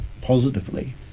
positively